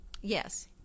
yes